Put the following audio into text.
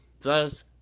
thus